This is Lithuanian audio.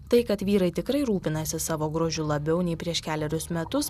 tai kad vyrai tikrai rūpinasi savo grožiu labiau nei prieš kelerius metus